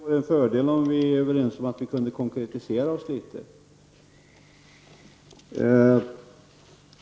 Fru talman! Det vore en fördel om vi kunde komma överens om att konkretisera oss litet.